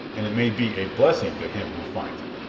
and it may be a blessing to him who finds it.